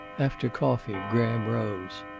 after coffee graham rose.